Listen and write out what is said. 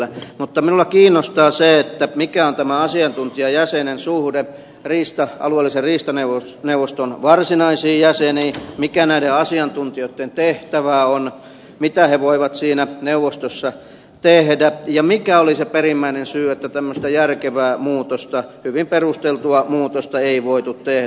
mutta minua kiinnostaa se mikä on tämän asiantuntijajäsenen suhde alueellisen riistaneuvoston varsinaisiin jäseniin mikä näiden asiantuntijoitten tehtävä on mitä he voivat siinä neuvostossa tehdä ja mikä oli se perimmäinen syy että tämmöistä järkevää muutosta hyvin perusteltua muutosta ei voitu tehdä